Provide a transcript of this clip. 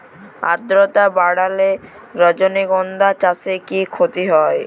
আদ্রর্তা বাড়লে রজনীগন্ধা চাষে কি ক্ষতি হয়?